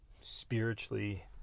spiritually